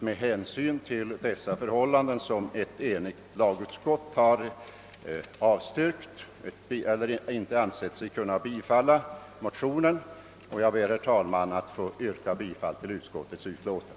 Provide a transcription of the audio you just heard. Med hänsyn till dessa förhållanden har ett enigt lagutskott inte ansett sig kunna bifalla motionen. Jag ber, herr talman, att få yrka bifall till utskottets hemställan.